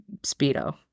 speedo